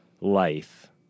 life